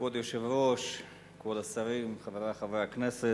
כבוד היושב-ראש, כבוד השרים, חברי חברי הכנסת,